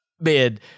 man